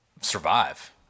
survive